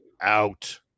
Out